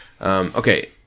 Okay